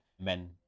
men